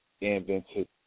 invented